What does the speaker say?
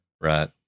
right